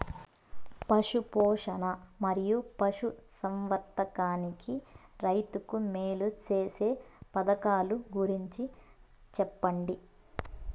పశు పోషణ మరియు పశు సంవర్థకానికి రైతుకు మేలు సేసే పథకాలు గురించి చెప్పండి?